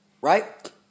right